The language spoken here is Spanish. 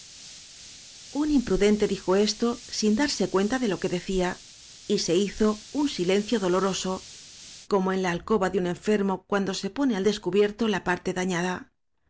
un imprudente dijo esto sin darse cuenta de lo que decía y se hizo un silencio doloroso como en la alcoba de un enfermo cuando se pone al descubierto la parte dañada